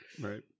Right